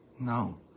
No